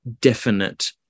definite